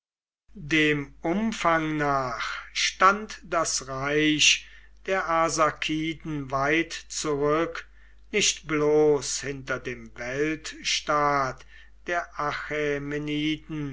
dem umfang nach stand das reich der arsakiden weit zurück nicht bloß hinter dem weltstaat der